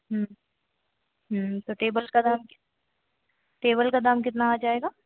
हूँ हूँ तो टेबल का दाम टेबल का दाम कितना हो जाएगा